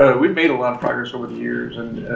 ah we've made a lot of progress over the years and